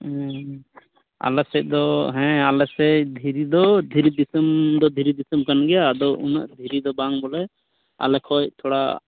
ᱚ ᱟᱞᱮ ᱥᱮᱫ ᱫᱚ ᱦᱮᱸ ᱟᱞᱮ ᱥᱮᱫ ᱫᱷᱤᱨᱤ ᱫᱚ ᱫᱷᱤᱨᱤ ᱫᱤᱥᱚᱢ ᱫᱚ ᱫᱷᱤᱨᱤ ᱫᱤᱥᱚᱢ ᱠᱟᱱ ᱜᱮᱭᱟ ᱟᱫᱚ ᱩᱱᱟᱹᱜ ᱫᱷᱤᱨᱤ ᱫᱚ ᱵᱟᱝ ᱵᱚᱞᱮ ᱟᱞᱮ ᱠᱷᱚᱱ ᱛᱷᱚᱲᱟ